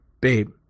Babe